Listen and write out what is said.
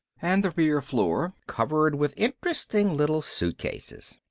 and the rear floor covered with interesting little suitcases.